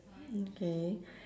mm K